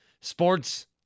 sports